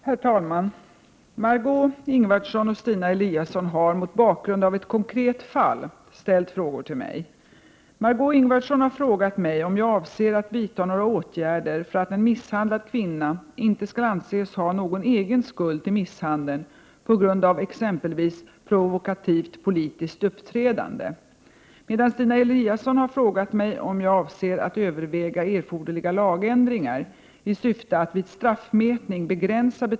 Herr talman!